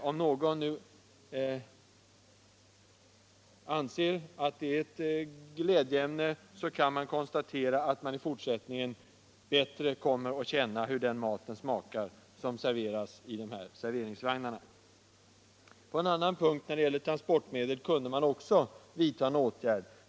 Om någon anser att det är ett glädjeämne så kan man konstatera att vi i fortsättningen bättre kommer att känna hur den mat smakar som serveras där. På ett annat transportmedelsområde kunde man också vidta åtgärder.